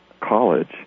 college